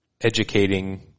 educating